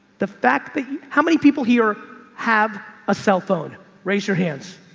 the fact that how many people here have a cell phone raise your hands.